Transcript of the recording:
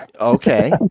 Okay